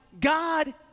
God